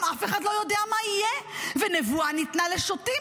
גם אף אחד לא יודע מה יהיה ונבואה ניתנה לשוטים,